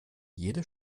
jede